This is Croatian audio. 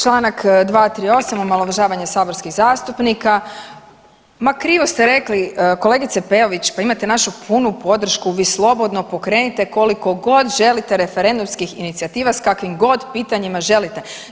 Čl. 238. omalovažavanje saborskih zastupnika, ma krivo ste rekli kolegice Peović pa imate našu punu podršku, vi slobodno pokrenite kolikogod želite referendumskim inicijativa s kakvimgod pitanjima želite.